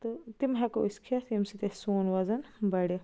تہِ تِم ہٮ۪کو أسۍ کھیٚتھ ییٚمہِ سۭتۍ اَسہِ سون وَزن بَڑِ